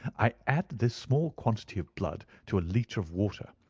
i add this small quantity of blood to a litre of water.